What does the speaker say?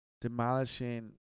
demolishing